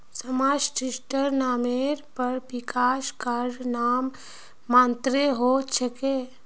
smart सिटीर नामेर पर विकास कार्य नाम मात्रेर हो छेक